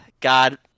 God